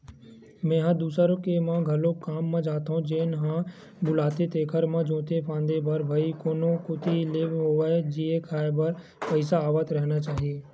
मेंहा दूसर के म घलोक काम म जाथो जेन ह बुलाथे तेखर म जोते फांदे बर भई कोनो कोती ले होवय जीए खांए बर पइसा आवत रहिना चाही